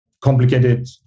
complicated